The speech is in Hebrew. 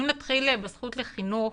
אם נתחיל בזכות לחינוך,